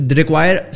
require